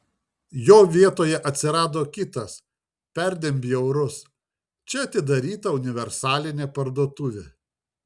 jo vietoje atsirado kitas perdėm bjaurus čia atidaryta universalinė parduotuvė